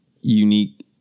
unique